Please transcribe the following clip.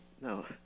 No